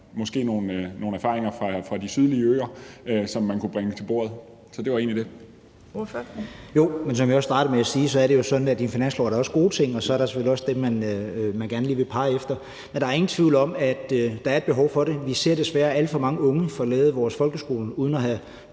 måske nogle erfaringer fra de sydlige øer, som man kunne bringe til bordet? Det var egentlig det. Kl. 10:57 Fjerde næstformand (Trine Torp): Ordføreren. Kl. 10:57 René Christensen (DF): Som jeg også startede med at sige, er det jo sådan, at i en finanslov er der også gode ting, og så er der selvfølgelig dem, man gerne lige vil pege fingre ad. Men der er ingen tvivl om, at der er et behov for det, for vi ser desværre alt for mange unge forlade vores folkeskole uden at have